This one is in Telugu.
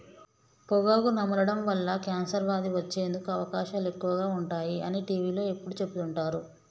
పొగాకు నమలడం వల్ల కాన్సర్ వ్యాధి వచ్చేందుకు అవకాశాలు ఎక్కువగా ఉంటాయి అని టీవీలో ఎప్పుడు చెపుతుంటారు